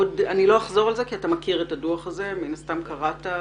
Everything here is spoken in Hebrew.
אני לא אחזור על הדברים כי מן הסתם אתה מכיר את הדברים.